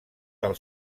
del